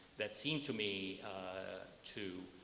that seemed to me to